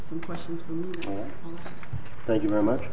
some questions we thank you very much